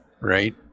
Right